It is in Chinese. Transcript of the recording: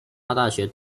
大学